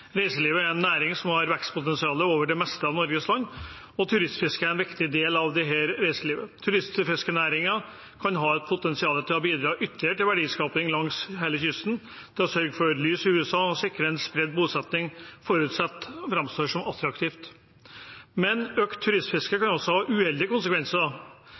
Reiselivet er en næring som har vekstpotensial over det meste av Norges land, og turistfiske er en viktig del av dette reiselivet. Turistfiskenæringen kan ha et potensial til å bidra ytterligere til verdiskaping langs hele kysten, til å sørge for lys i husene og sikre en spredd bosetting forutsatt at den framstår som attraktiv. Men økt turistfiske kan også ha uheldige konsekvenser.